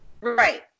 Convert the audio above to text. Right